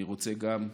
אני רוצה גם לגנות.